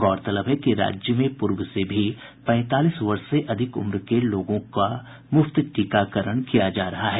गौरतलब है कि राज्य में पूर्व से भी पैंतालीस वर्ष से अधिक उम्र के लोगों को मुफ्त टीका दिया जा रहा है